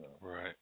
Right